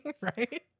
right